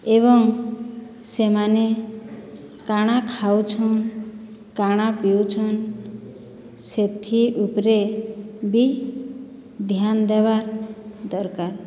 ଏବଂ ସେମାନେ କାଣା ଖାଉଛନ୍ କାଣା ପିଉଛନ୍ ସେଥିର୍ ଉପରେ ବି ଧ୍ୟାନ୍ ଦେବା ଦର୍କାର୍